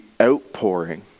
outpouring